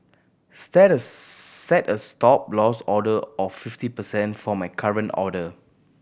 set a set a Stop Loss order of fifty percent for my current order